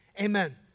Amen